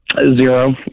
Zero